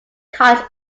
college